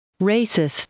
Racist